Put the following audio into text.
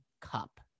Cup